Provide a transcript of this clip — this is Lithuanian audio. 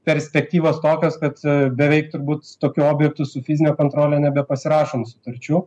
perspektyvos tokios kad beveik turbūt tokių objektų su fizine kontrole nebepasirašom sutarčių